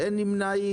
מי נמנע?